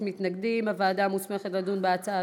ההצעה